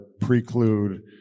preclude